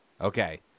Okay